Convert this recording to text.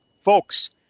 Folks